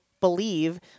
believe